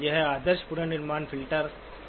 एक आदर्श पुनर्निर्माण फ़िल्टर क्या है